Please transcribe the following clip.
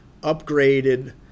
upgraded